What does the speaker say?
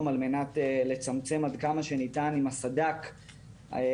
על מנת לצמצם עד כמה שניתן עם סד"כ הקיים,